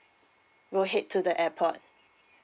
go ahead to the airport